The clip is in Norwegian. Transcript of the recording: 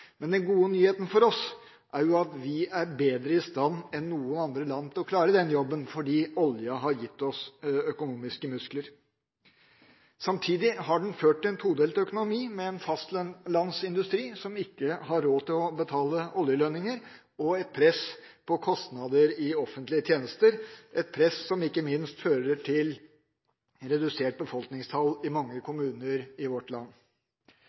Men den gode nyheten for oss er jo at vi er bedre i stand enn noen andre land til å klare den jobben, fordi oljen har gitt oss økonomiske muskler. Samtidig har den ført til en todelt økonomi, med en fastlandsindustri som ikke har råd til å betale oljelønninger, og et press på kostnader i offentlige tjenester – et press som ikke minst fører til redusert befolkningstall i mange kommuner i vårt land.